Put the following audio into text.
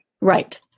Right